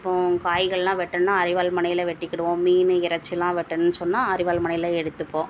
இப்போ காய்கள்லாம் வெட்டணுன்னா அரிவாள்மனையில் வெட்டிக்கிடுவோம் மீன் இறைச்சிலாம் வெட்டணுன்னு சொன்னால் அரிவாள்மனையில் எடுத்துப்போம்